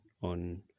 on